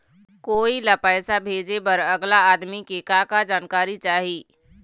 कोई ला पैसा भेजे बर अगला आदमी के का का जानकारी चाही?